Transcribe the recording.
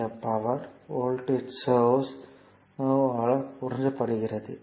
இந்த power voltage source ஆல் உறிஞ்சப்படுகிறது